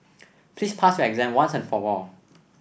please pass your exam once and for all